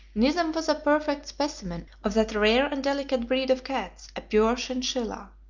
nizam was a perfect specimen of that rare and delicate breed of cats, a pure chinchilla.